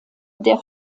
der